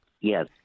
Yes